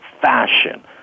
fashion